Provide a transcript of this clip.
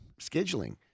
scheduling